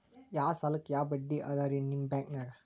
ಯಾ ಸಾಲಕ್ಕ ಯಾ ಬಡ್ಡಿ ಅದರಿ ನಿಮ್ಮ ಬ್ಯಾಂಕನಾಗ?